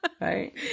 Right